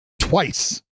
twice